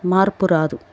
మార్పు రాదు